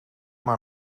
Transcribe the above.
maar